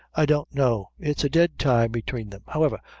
i don't know it's a dead tie between them however,